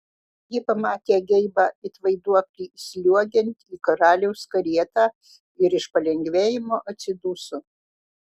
ji pamatė geibą it vaiduoklį įsliuogiant į karaliaus karietą ir iš palengvėjimo atsiduso